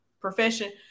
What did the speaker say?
profession